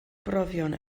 brofion